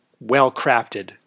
well-crafted